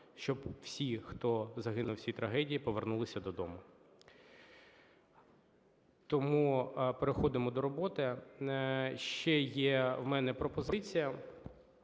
щоб всі, хто загинув в цій трагедії, повернулися додому. Тому переходимо до роботи. Ще є в мене пропозиція.